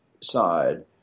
side